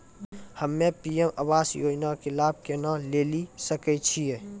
हम्मे पी.एम आवास योजना के लाभ केना लेली सकै छियै?